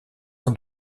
l’un